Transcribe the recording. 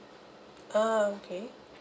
ah okay